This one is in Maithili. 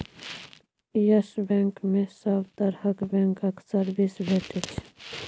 यस बैंक मे सब तरहक बैंकक सर्विस भेटै छै